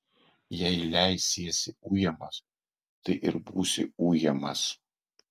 jei leisiesi ujamas tai ir būsi ujamas